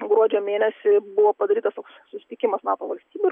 gruodžio mėnesį buvo padarytas toks susitikimas nato valstybių